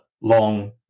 long